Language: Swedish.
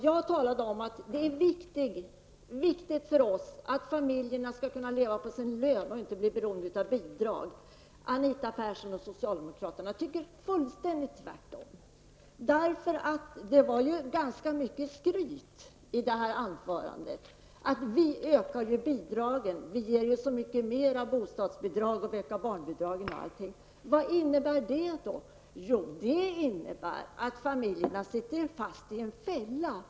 Jag talade om att det är viktigt för oss att familjerna skall kunna leva på sin lön och inte bli beroende av bidrag. Anita Persson och socialdemokraterna tycker precis tvärtom. Det var ganska mycket skryt i Anita Perssons anförande om att socialdemokratena ökar bidragen -- bostadsbidragen och barnbidragen. Vad innebär det? Jo, det innebär att familjerna sitter fast i en fälla.